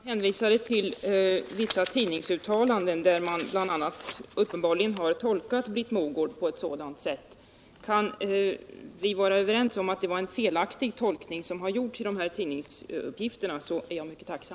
Herr talman! Jag hänvisade i motiveringen till min fråga till vissa tidningsuttalanden, där man bl.a. uppenbarligen har tolkat Britt Mogård på pågående läroplansett sådant sätt som jag nämnt. Kan vi vara överens om att den tolkning som förekommit i dessa tidningsuppgifter är felaktig, är jag mycket tacksam.